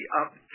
up